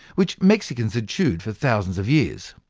which mexicans had chewed for thousands of years.